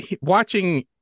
watching